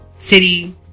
city